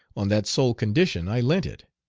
on that sole condition i lent it.